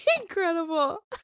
Incredible